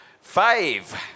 five